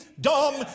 dumb